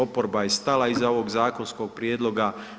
Oporba je stala iza ovog zakonskog prijedloga.